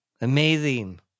Amazing